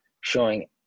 Showing